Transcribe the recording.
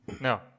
No